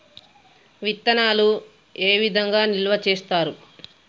విత్తనాలు ఏ విధంగా నిల్వ చేస్తారు?